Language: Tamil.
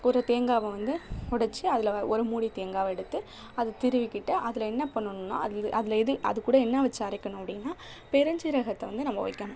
ஒரு தேங்காவை வந்து உடைச்சி அதில் ஒரு மூடி தேங்காவை எடுத்து அதை திருவிக்கிட்டு அதில் என்ன பண்ணணுன்னா அது அதில் எது அதுக்கூட என்ன வச்சு அரைக்கணும் அப்படின்னா பெருஞ்சீரகத்தை வந்து நம்ம வைக்கணும்